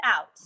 out